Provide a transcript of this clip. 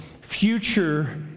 future